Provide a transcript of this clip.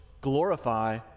glorify